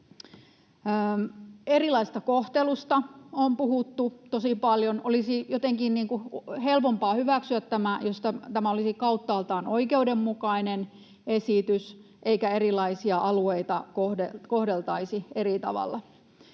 Erilaisesta kohtelusta on puhuttu tosi paljon. Olisi jotenkin helpompaa hyväksyä tämä, jos tämä olisi kauttaaltaan oikeudenmukainen esitys eikä erilaisia alueita kohdeltaisi eri tavalla.